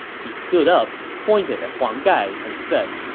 he stood up, pointed at huang gai, and said,